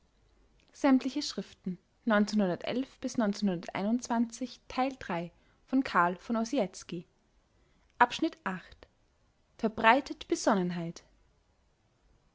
volks-zeitung verbreitet besonnenheit